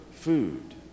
food